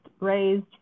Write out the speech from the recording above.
raised